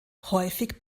häufig